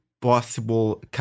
possible